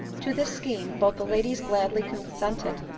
to this scheme both the ladies gladly consented,